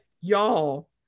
y'all